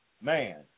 man